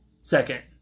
Second